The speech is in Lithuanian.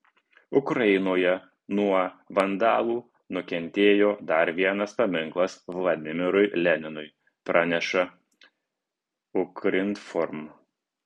ukrainoje nuo vandalų nukentėjo dar vienas paminklas vladimirui leninui praneša ukrinform